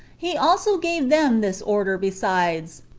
he also gave them this order besides,